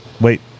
wait